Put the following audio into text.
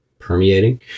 permeating